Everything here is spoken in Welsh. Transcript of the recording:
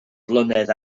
flynedd